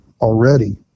already